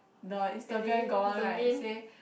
the Instagram got one right say